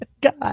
God